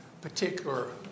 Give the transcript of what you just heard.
particular